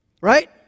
right